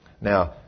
Now